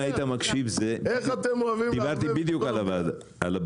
אם היית מקשיב דיברתי בדיוק על הבעיה,